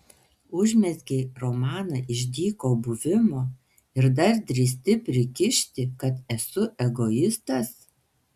užmezgei romaną iš dyko buvimo ir dar drįsti prikišti kad esu egoistas